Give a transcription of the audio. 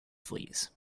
fleas